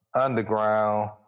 underground